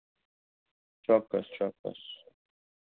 ચોક્કસ ચોકકસ